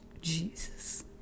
Jesus